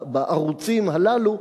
בערוצים הללו,